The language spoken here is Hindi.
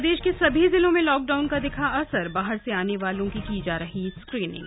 प्रदेश के सभी जिलों में लॉकडाउन का दिखा असरए बाहर से आने वालों कीए की जा रही स्क्रीनिंग